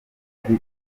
ari